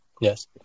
Yes